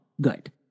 good